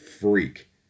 freak